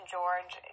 George